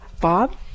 Bob